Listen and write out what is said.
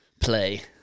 play